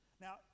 Now